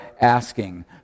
asking